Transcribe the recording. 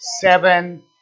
seven